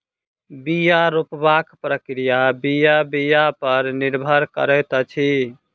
बीया रोपबाक प्रक्रिया बीया बीया पर निर्भर करैत अछि